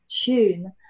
tune